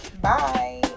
Bye